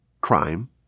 crime